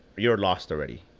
you're lost already.